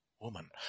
woman